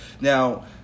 Now